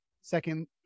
second